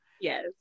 yes